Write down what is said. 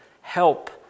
help